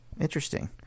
interesting